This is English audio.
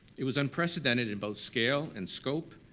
it was unprecedented in both scale and scope,